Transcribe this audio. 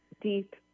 deep